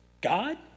God